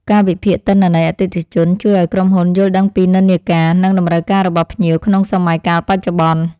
ការវិភាគទិន្នន័យអតិថិជនជួយឱ្យក្រុមហ៊ុនយល់ដឹងពីនិន្នាការ និងតម្រូវការរបស់ភ្ញៀវក្នុងសម័យកាលបច្ចុប្បន្ន។